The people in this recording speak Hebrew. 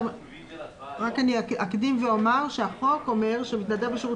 5. רק אני אקדים ואומר שהחוק אומר שמתנדב בשירות